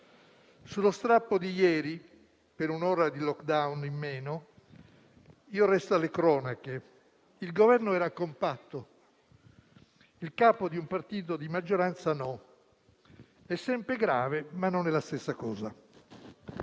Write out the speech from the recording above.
Sullo strappo di ieri per un'ora di *lockdown* in meno, resto alle cronache: il Governo era compatto, il capo di un partito di maggioranza no; è sempre grave, ma non è la stessa cosa.